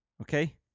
Okay